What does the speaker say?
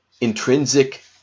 intrinsic